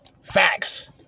Facts